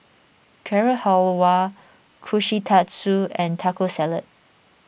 Carrot Halwa Kushikatsu and Taco Salad